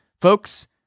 folks